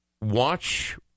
watch